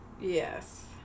yes